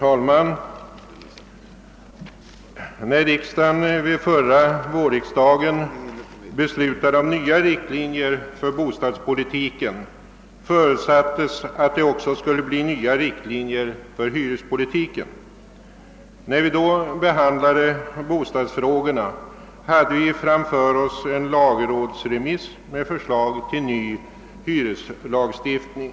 Herr talman! När förra vårriksdagen beslutade om nya riktlinjer för bostadspolitiken förutsattes att det också skulle bli nya riktlinjer för hyrespolitiken. När vi då behandlade bostadsfrågorna hade vi framför oss en lagrådsremiss med förslag till ny hyreslagstiftning.